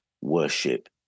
worship